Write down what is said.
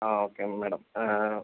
ആ okay madam